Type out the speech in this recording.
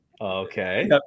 okay